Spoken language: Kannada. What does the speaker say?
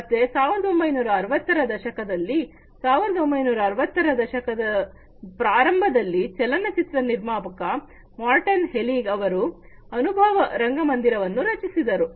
ಮತ್ತೆ 1960 ರ ದಶಕದಲ್ಲಿ 1960ರ ದಶಕದ ಆರಂಭದಲ್ಲಿ ಚಲನಚಿತ್ರ ನಿರ್ಮಾಪಕ ಮಾರ್ಟನ್ ಹೆಲಿಗ್ ಅವರು ಅನುಭವ ರಂಗಮಂದಿರವನ್ನು ರಚಿಸಿದರು